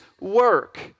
work